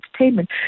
entertainment